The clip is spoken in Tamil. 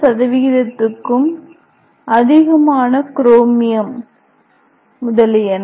5 க்கும் அதிகமான குரோமியம் chromium முதலியன